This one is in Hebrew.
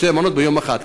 שתי מנות ביום אחד.